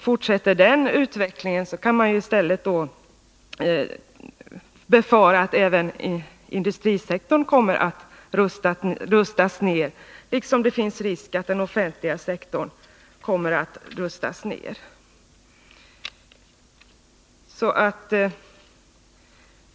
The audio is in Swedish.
Fortsätter den utvecklingen kan man befara att även industrisektorn kommer att rustas ned, liksom det finns risk att den offentliga sektorn kommer att rustas ned.